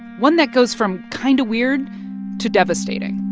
one that goes from kind of weird to devastating